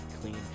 clean